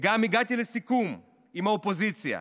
וגם הגעתי לסיכום עם האופוזיציה